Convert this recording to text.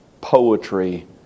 poetry